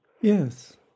Yes